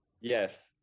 Yes